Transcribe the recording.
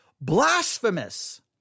Blasphemous